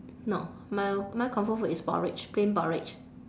no my my comfort food is porridge plain porridge